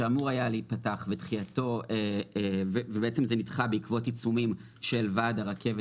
שאמור היה להיפתח אבל נדחה בעקבות עיצומים של ועד הרכבת.